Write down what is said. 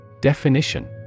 Definition